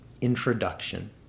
Introduction